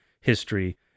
history